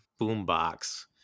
boombox